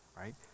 right